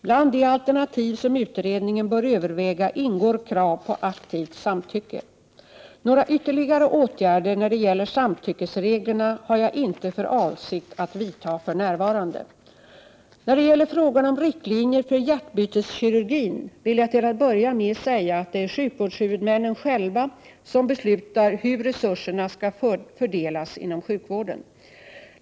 Bland de alternativ som utredningen bör överväga ingår krav på aktivt samtycke. Några ytterligare åtgärder när det gäller samtyckesreglerna har jag inte för avsikt att vidta för närvarande. När det gäller frågan om riktlinjer för hjärtbyteskirurgin vill jag till att börja med säga att det är sjukvårdshuvudmännen själva som beslutar hur resurserna skall fördelas inom sjukvården.